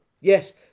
Yes